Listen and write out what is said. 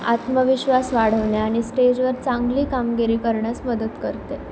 आत्मविश्वास वाढवणे आणि स्टेजवर चांगली कामगिरी करण्यास मदत करते